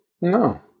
No